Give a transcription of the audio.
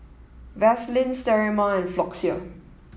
Vaselin Sterimar and Floxia